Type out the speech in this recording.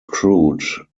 crude